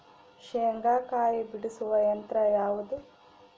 ಶೇಂಗಾಕಾಯಿ ಬಿಡಿಸುವ ಯಂತ್ರ ಯಾವುದು?